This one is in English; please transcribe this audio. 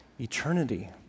Eternity